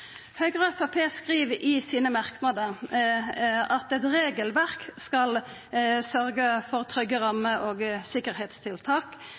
Høgre og Framstegspartiet skriv i sine merknader at eit regelverk skal sørgja for trygge rammer og sikkerheitstiltak